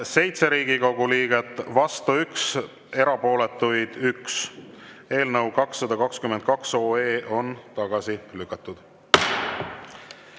on 7 Riigikogu liiget, vastu 1, erapooletuid 1. Eelnõu 222 on tagasi lükatud.